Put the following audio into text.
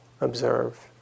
observe